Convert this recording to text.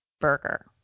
burger